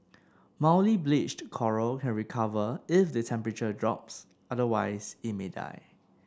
mildly bleached coral can recover if the temperature drops otherwise it may die